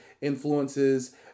influences